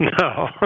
no